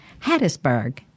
Hattiesburg